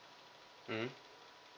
mm